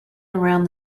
around